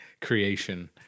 creation